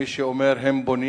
כמי שאומר: הם בונים